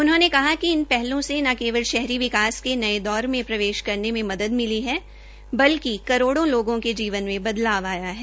उन्होंने कहा कि इन पहलों से न केवल शहरी के नये दौर में प्रवेश करने में मदद मिली है बल्कि करोड़ो लोगों के जीवन में बदलाव आया है